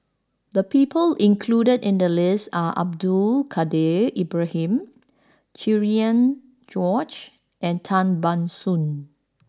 the people included in the list are Abdul Kadir Ibrahim Cherian George and Tan Ban Soon